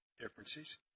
differences